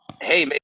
hey